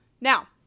Now